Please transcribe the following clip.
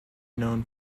known